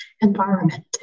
environment